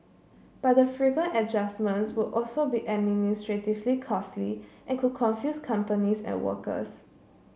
but the frequent adjustments would also be administratively costly and could confuse companies and workers